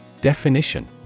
Definition